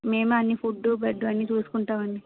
మేమే అన్నీ food bed అన్నీ చూసుకుంటాం అండి